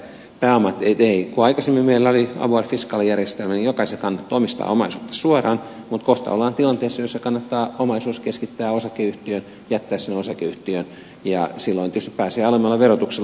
kun aikaisemmin meillä oli avoin fiskaalijärjestelmä niin jokaisen kannatti omistaa omaisuutta suoraan mutta kohta ollaan tilanteessa jossa kannattaa omaisuus keskittää osakeyhtiöön jättää se osakeyhtiöön ja silloin tietysti pääsee alemmalla verotuksella